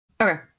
Okay